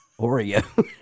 Oreo